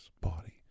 body